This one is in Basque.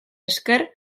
esker